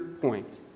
point